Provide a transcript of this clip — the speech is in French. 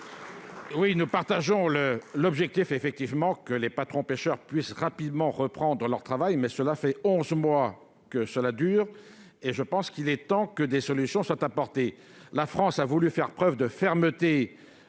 nous partageons l'objectif que les patrons pêcheurs puissent rapidement reprendre leur travail. Cela fait onze mois que cette situation dure : il est temps que des solutions soient apportées. La France a voulu faire preuve de fermeté